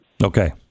Okay